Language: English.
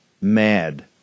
mad